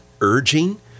urging